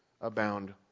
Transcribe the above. abound